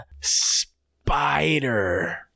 spider